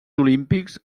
olímpics